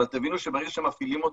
אבל תבינו שברגע שמפעילים אותה,